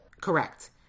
Correct